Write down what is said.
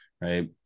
right